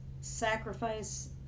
sacrifice